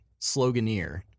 sloganeer